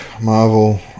Marvel